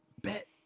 bet